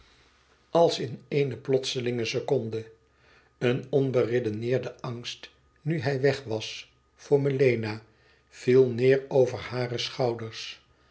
als in ééne plotselinge seconde eene onberedeneerde angst nu hij weg was voor melena viel neêr over hare schouders